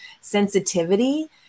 sensitivity